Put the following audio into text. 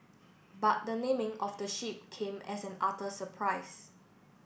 but the naming of the ship came as an utter surprise